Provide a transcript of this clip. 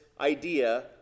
idea